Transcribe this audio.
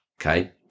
Okay